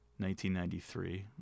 1993